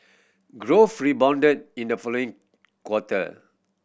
growth rebounded in the following quarter